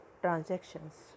transactions